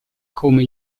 come